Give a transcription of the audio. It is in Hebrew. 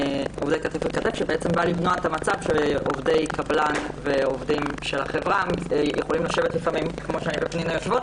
שבא למנוע מצב שעובדי קבלן ועובדי החברה יכולים לשבת לפעמים זה ליד זה,